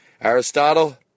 Aristotle